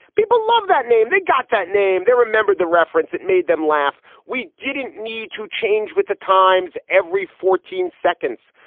people love that name. they got that name. they remembered the reference. it made them laugh. we didn't need to change with the times every fourteen seconds.